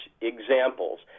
examples